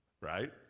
Right